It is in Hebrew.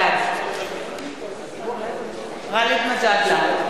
בעד גאלב מג'אדלה,